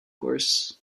course